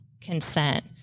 consent